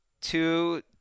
two